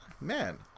man